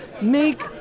make